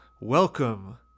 Welcome